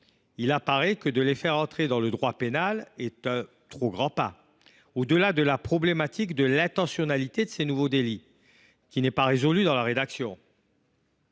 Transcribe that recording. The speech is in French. les usagers, les faire figurer dans le droit pénal semble un trop grand pas. Au delà de la problématique de l’intentionnalité de ces nouveaux délits, qui n’est pas résolue dans la rédaction